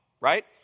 right